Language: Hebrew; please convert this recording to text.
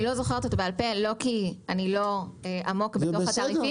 אני לא זוכרת אותו בעל פה לא כי אני לא עמוק בתוך התעריפים.